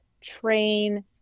train